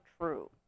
true